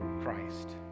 Christ